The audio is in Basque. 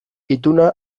ituna